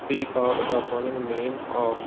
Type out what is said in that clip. speak out the following name of